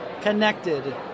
connected